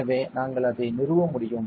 எனவே நாங்கள் அதை நிறுவ முடியும்